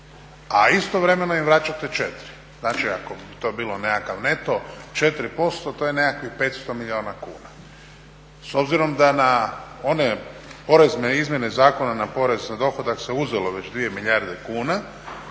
a istovremeno im vraćate 4. Znači, ako bi to bio nekakav neto 4%, to je nekakvih 500 milijuna kuna. S obzirom da na one porezne izmjene Zakona na porez na dohodak se uzelo već 2 milijarde kuna,